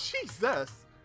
Jesus